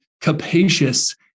capacious